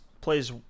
plays